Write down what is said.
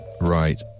right